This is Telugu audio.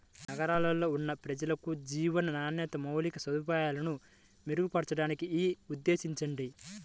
నగరాల్లో ఉన్న ప్రజలకు జీవన నాణ్యత, మౌలిక సదుపాయాలను మెరుగుపరచడానికి యీ ఉద్దేశించబడింది